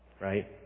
right